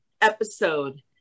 episode